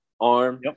arm